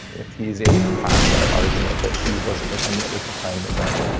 if he's able to pass that argument that he wasn't the one that was behind the gun.